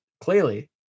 clearly